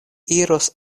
iros